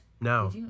No